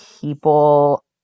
people